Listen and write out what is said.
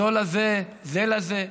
זו לזה, זה לזה,